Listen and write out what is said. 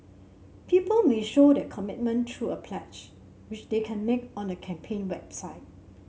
people may show their commitment through a pledge which they can make on the campaign website